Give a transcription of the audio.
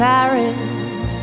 Paris